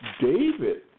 David